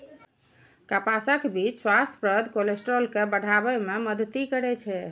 कपासक बीच स्वास्थ्यप्रद कोलेस्ट्रॉल के बढ़ाबै मे मदति करै छै